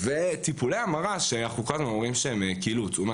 טיפולי המרה שאנחנו כל הזמן אומרים שהם כאילו הוצאו מהחוק,